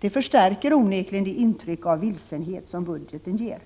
Det förstärker onekligen det intryck av vilsenhet som budgeten ger.